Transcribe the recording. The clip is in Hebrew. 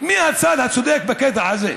מי הצד הצודק בקטע הזה.